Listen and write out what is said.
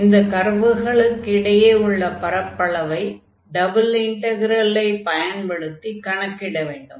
ஆகவே இந்த கர்வுகளுக்கு இடையே உள்ள பரப்பளவை டபுள் இன்டக்ரல்லை பயன்படுத்திக் கணக்கிட வேண்டும்